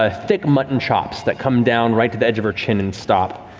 ah thick mutton chops that come down right to the edge of her chin and stop.